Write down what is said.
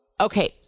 okay